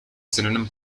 synonym